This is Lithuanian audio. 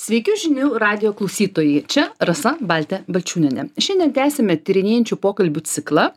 sveiki žinių radijo klausytojai čia rasa baltė balčiūnienė šiandien tęsiame tyrinėjančių pokalbių ciklą